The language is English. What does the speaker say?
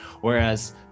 Whereas